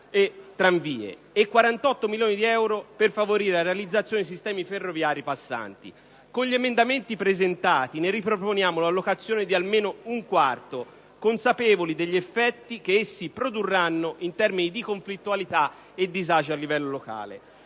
e tranvie, e 48 milioni di euro per favorire la realizzazione di sistemi ferroviari passanti. Con gli emendamenti presentati ne riproponiamo l'allocazione di almeno un quarto, consapevoli degli effetti che si produrranno in termini di conflittualità e disagio a livello locale.